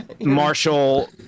Marshall